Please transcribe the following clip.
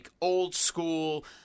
old-school